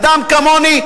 אדם כמוני,